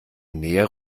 näher